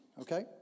Okay